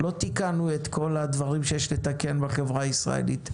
לא תיקנו את כל מה שיש לתקן בחברה הישראלית.